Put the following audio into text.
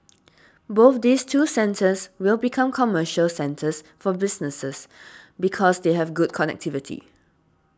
both these two centres will become commercial centres for businesses because they have good connectivity